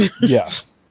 Yes